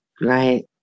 right